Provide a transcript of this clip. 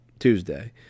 tuesday